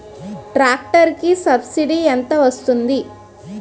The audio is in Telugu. ట్రాక్టర్ కి సబ్సిడీ ఎంత వస్తుంది?